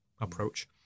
approach